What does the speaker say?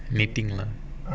kniting lah